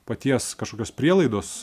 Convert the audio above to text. paties kažkokios prielaidos